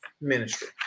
ministry